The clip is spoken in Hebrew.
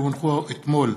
כי הונחו אתמול,